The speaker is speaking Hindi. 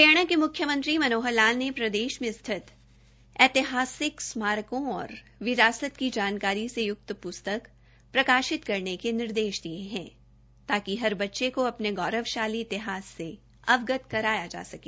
हरियाणा के म्ख्यमंत्री श्री मनोहर लाल ने प्रदेश में स्थित ऐतिहासिक स्मारकों और विरासत की जानकारी से य्क्त प्रस्तक प्रकाशित करने के निर्देश दिए हैं ताकि हर बच्चे को अपने गौरवशाली इतिहास से अवगत कराया जा सके